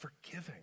forgiving